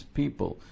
people